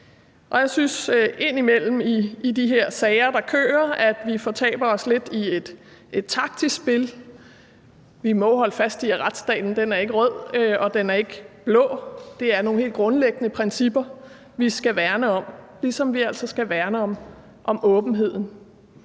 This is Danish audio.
Jeg synes indimellem i de her sager, der kører, at vi fortaber os lidt i et taktisk spil. Vi må holde fast i, at retsstaten ikke er rød, og den er ikke blå, for det er nogle helt grundlæggende principper, vi skal værne om, ligesom vi altså skal værne om åbenheden.